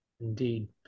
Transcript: indeed